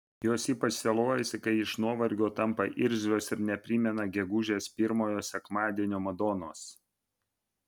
jos ypač sielojasi kai iš nuovargio tampa irzlios ir neprimena gegužės pirmojo sekmadienio madonos